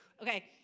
Okay